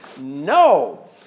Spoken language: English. No